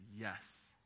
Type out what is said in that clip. yes